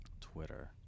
twitter